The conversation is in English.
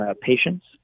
patients